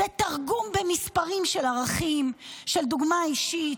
זה תרגום במספרים של ערכים, של דוגמה אישית,